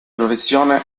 professione